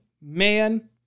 Man